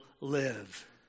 live